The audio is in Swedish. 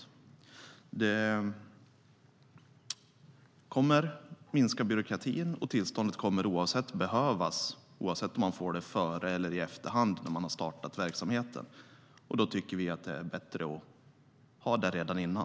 Tillståndet kommer att minska byråkratin, och det kommer att behövas oavsett om man får det före eller efter att verksamheten har startats. Då är det bättre att ha tillståndet innan.